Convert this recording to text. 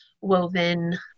woven